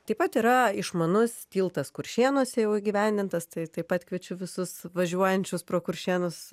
taip pat yra išmanus tiltas kuršėnuose jau įgyvendintas tai taip pat kviečiu visus važiuojančius pro kuršėnus